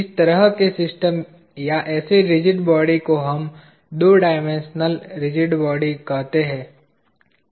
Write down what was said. इस तरह के सिस्टम या ऐसे रिजिड बॉडी को हम दो डायमेंशनल रिजिड बॉडी कहते हैं